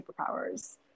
superpowers